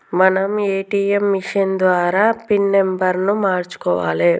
మనం ATM machine ద్వారా PIN నెంబర్ను మార్చుకోవాలే